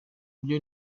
buryo